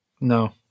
No